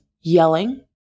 yelling